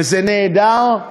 וזה נהדר,